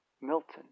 Milton